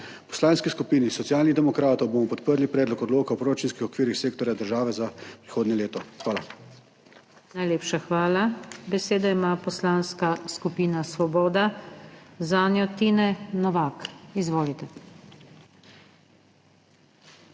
Poslanski skupini Socialnih demokratov bomo podprli predlog odloka o proračunskih okvirih sektorja država za prihodnje leto. Hvala. **PODPREDSEDNICA NATAŠA SUKIČ:** Najlepša hvala. Besedo ima Poslanska skupina Svoboda, zanjo Tine Novak. Izvolite.